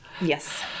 Yes